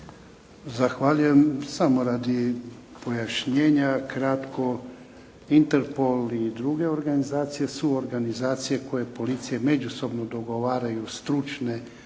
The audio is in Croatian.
Zahvaljujem. Samo radi pojašnjenja kratko. Interpol i druge organizacije su organizacije koje policije međusobno dogovaraju stručne